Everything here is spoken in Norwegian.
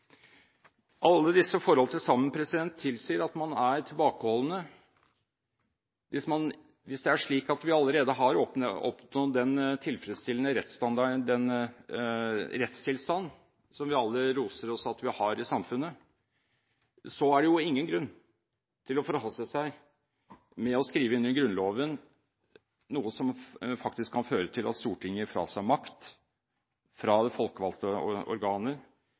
Alle disse forhold til sammen tilsier at man er tilbakeholden. Hvis det er slik at vi allerede har oppnådd den tilfredsstillende rettstilstand som vi alle roser oss av at vi har i samfunnet, er det ingen grunn til å forhaste seg med å skrive inn i Grunnloven noe som faktisk kan føre til at Stortinget frasier seg makt – fra det folkevalgte organet